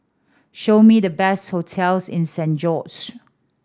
show me the best hotels in Saint George